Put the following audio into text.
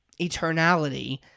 eternality